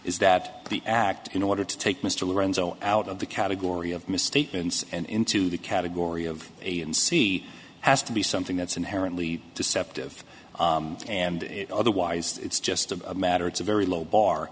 is that the act in order to take mr lorenzo out of the category misstatements and into the category of a and c has to be something that's inherently deceptive and it otherwise it's just a matter it's a very low bar